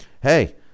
hey